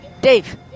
Dave